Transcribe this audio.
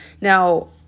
Now